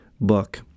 book